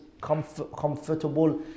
comfortable